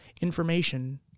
information